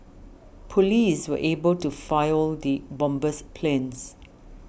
police were able to foil the bomber's plans